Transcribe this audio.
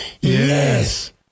Yes